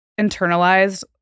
internalized